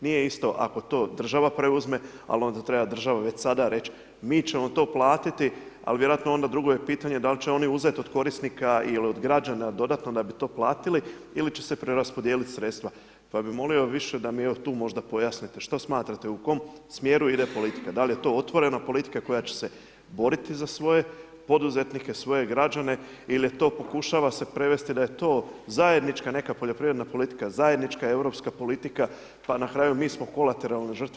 Nije isto ako država preuzme ali onda treba državi već sada reći mi ćemo to platiti ali vjerojatno onda drugo je pitanje da li će oni uzeti od korisnika ili od građana dodatno da bi to platili ili će se preraspodijeliti sredstva, pa bi molio više da mi evo tu možda pojasnite, šta smatrate, u kom smjeru ide politika, da li je to otvorena politika koja će se boriti za svoje poduzetnike, svoje građane ili je to, pokušava se prevesti da je to zajednička neka poljoprivredna politika, zajednička europska politika pa na kraju mi smo kolateralna žrtva.